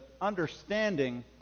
understanding